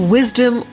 Wisdom